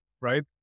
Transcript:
right